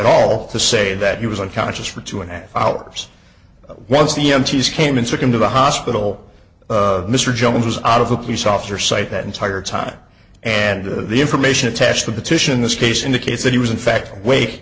at all to say that he was unconscious for two and a half hours once the empties him and took him to the hospital mr jones was out of a police officer site that entire time and the information attached the petition this case indicates that he was in fact awa